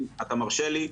אם אתה מרשה לי להיות,